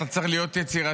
אתה צריך להיות יצירתי,